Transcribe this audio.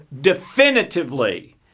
definitively